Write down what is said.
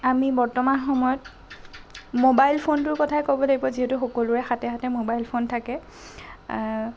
আমি বৰ্তমান সময়ত ম'বাইল ফোনটোৰ কথাই ক'ব লাগিব যিহেতু সকলোৰে হাতে হাতে ম'বাইল ফোনটো থাকে